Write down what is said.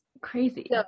Crazy